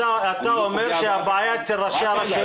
אתה אומר שהבעיה היא אצל ראשי הרשויות.